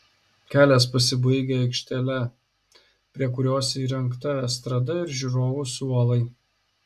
kelias pasibaigia aikštele prie kurios įrengta estrada ir žiūrovų suolai